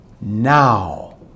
Now